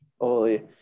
holy